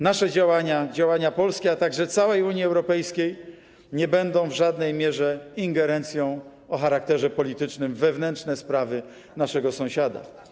Nasze działania, działania Polski, a także całej Unii Europejskiej nie będą w żadnej mierze ingerencją o charakterze politycznym w wewnętrzne sprawy naszego sąsiada.